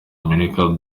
amerika